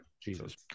Jesus